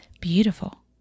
beautiful